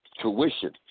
tuition